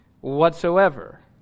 whatsoever